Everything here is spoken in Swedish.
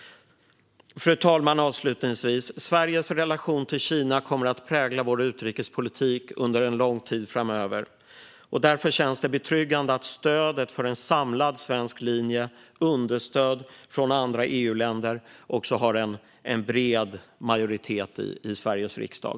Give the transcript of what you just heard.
Fru talman! Avslutningsvis kommer Sveriges relation till Kina att prägla vår utrikespolitik under lång tid framöver. Det känns därför betryggande att stödet för en samlad svensk linje, understödd av andra EU-länder, har en bred majoritet i Sveriges riksdag.